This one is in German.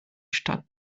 stadt